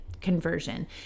conversion